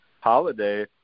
Holiday